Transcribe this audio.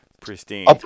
pristine